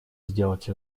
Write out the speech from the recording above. сделать